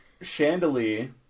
Chandelier